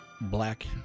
black